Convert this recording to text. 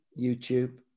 YouTube